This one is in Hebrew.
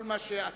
כל מה שעתרתי,